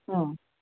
ಹ್ಞೂ